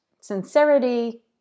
sincerity